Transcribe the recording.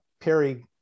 Perry